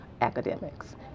academics